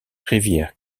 rivière